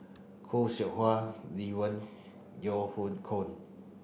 Khoo Seow Hwa Lee Wen Yeo Hoe Koon